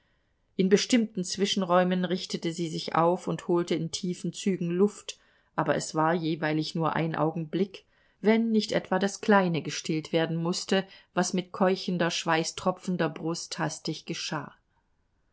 in bestimmten zwischenräumen richtete sie sich auf und holte in tiefen zügen luft aber es war jeweilig nur ein augenblick wenn nicht etwa das kleine gestillt werden mußte was mit keuchender schweißtropfender brust hastig geschah